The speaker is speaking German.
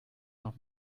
noch